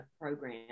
Program